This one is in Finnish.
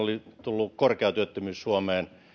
oli tullut korkea työttömyys suomeen